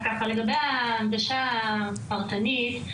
לגבי ההנגשה הפרטנית,